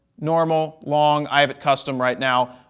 normal, long, i have it custom right now,